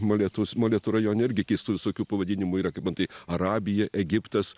molėtus molėtų rajone irgi keistų visokių pavadinimų yra kaip antai arabija egiptas